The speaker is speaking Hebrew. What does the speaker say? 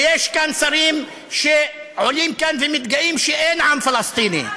ויש כאן שרים שעולים לכאן ומתגאים שאין עם פלסטיני.